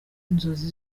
inzozi